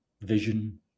vision